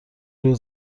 روی